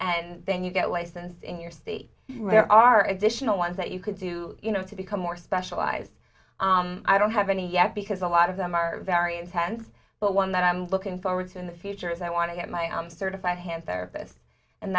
and then you get wasted in your state where are additional ones that you could do you know to become more specialized i don't have any yet because a lot of them are very intense but one that i'm looking forward to in the future is i want to get my arms certified him therapist and